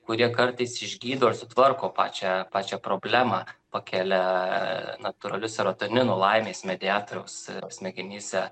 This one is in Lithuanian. kurie kartais išgydo ir sutvarko pačią pačią problemą pakelia natūralius seratonino laimės mediatoriaus smegenyse